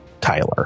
Tyler